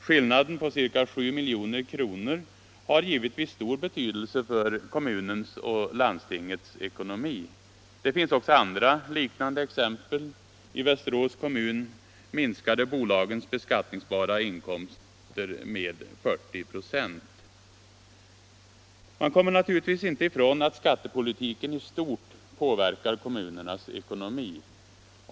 Skillnaden på ca 7 milj.kr. har givetvis stor betydelse för kommunens och landstingets ekonomi. Det finns också andra liknande exempel. I Västerås kommun minskade bolagens beskattningsbara inkomster med 40 96. 79 Man kommer naturligtvis inte ifrån att skattepolitiken i stort påverkar kommunernas ekonomi.